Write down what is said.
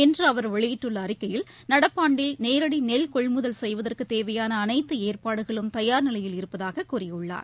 இன்று அவர் வெளியிட்டுள்ள அறிக்கையில் நடப்பாண்டில் நேரடி நெல்னொள்முதல் செய்வதற்கு தேவையான அனைத்து ஏற்பாடுகளும் தயார் நிலையில் இருப்பதாக கூறியுள்ளார்